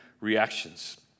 reactions